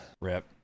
rip